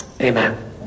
amen